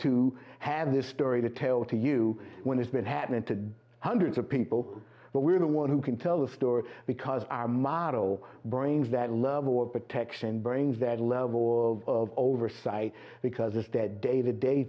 to have this story to tell to you when it's been happening to hundreds of people but we're the one who can tell a story because our model brains that love or protection brings that level of oversight because it's dead day to day